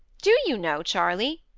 do you know, charley?